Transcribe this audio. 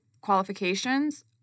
qualifications